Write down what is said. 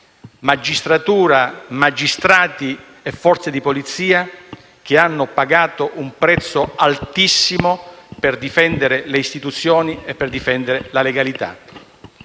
Magistratura, magistrati e Forze di polizia che hanno pagato un prezzo altissimo per difendere le Istituzioni e la legalità.